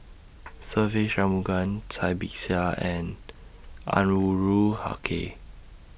Se Ve Shanmugam Cai Bixia and Anwarul Haque